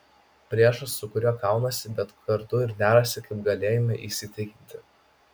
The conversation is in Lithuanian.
priešas su kuriuo kaunasi bet kartu ir derasi kaip galėjome įsitikinti